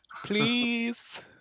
please